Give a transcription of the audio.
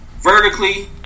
vertically